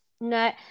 no